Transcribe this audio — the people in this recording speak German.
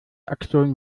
aktion